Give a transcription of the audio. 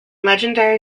legendary